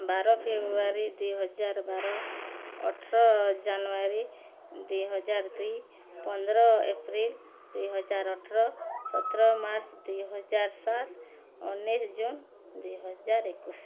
ବାର ଫେବୃଆରୀ ଦୁଇ ହଜାର ବାର ଅଠର ଜାନୁଆରୀ ଦୁଇ ହଜାର ଦୁଇ ପନ୍ଦର ଏପ୍ରିଲ୍ ଦୁଇ ହଜାର ଅଠର ସତର ମାର୍ଚ୍ଚ ଦୁଇ ହଜାର ସାତ ଉଣେଇଶି ଜୁନ୍ ଦୁଇ ହଜାର ଏକୋଇଶି